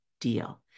deal